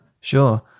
Sure